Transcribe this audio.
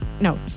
no